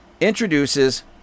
introduces